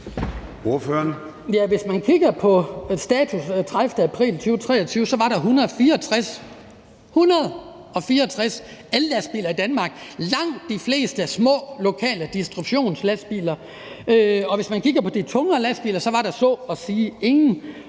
Hvis man kigger på status pr. 30. april 2023, var der 164 ellastbiler i Danmark, og langt de fleste var små lokale distributionslastbiler. Hvis man kigger på de tungere lastbiler, var der så at sige ingen